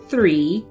Three